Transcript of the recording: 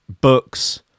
books